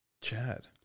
Chad